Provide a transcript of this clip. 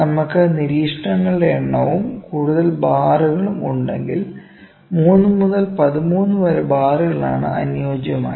നമുക്ക് നിരീക്ഷണങ്ങളുടെ എണ്ണവും കൂടുതൽ ബാറുകളും ഉണ്ടെങ്കിലും 3 മുതൽ 13 വരെ ബാറുകളാണ് അനുയോജ്യമായത്